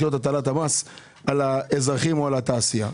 להטיל מס על האזרחים או על התעשייה.